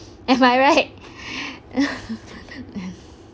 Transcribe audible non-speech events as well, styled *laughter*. am I right *laughs*